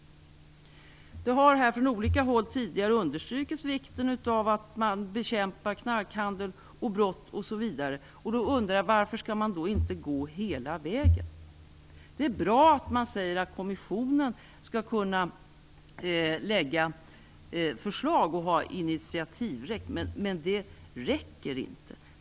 Det har här från olika håll understrukits vikten av att man bekämpar knarkhandel, andra brott osv. Då undrar jag varför man inte skall gå hela vägen. Det är bra att man säger att kommissionen skall kunna lägga fram förslag och ha initiativrätt, men det räcker inte.